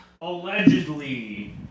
allegedly